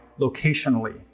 locationally